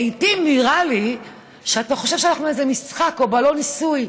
לעיתים נראה לי שאתה חושב שאנחנו איזה משחק או בלון ניסוי.